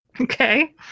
Okay